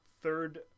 third